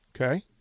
Okay